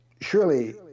surely